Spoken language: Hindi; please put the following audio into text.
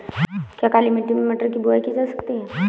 क्या काली मिट्टी में मटर की बुआई की जा सकती है?